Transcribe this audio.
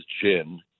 gin